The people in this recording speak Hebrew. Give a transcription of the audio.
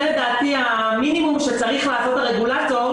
זה לדעתי המינימום שצריך לעשות הרגולטור